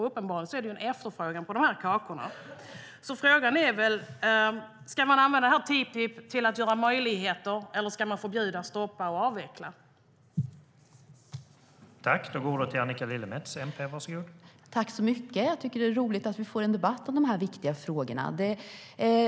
Uppenbarligen finns det nämligen en efterfrågan på de här kakorna.Frågan är alltså: Ska man använda TTIP till att skapa möjligheter, eller ska man förbjuda, stoppa och avveckla?